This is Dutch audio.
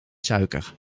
suiker